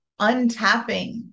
untapping